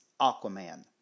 Aquaman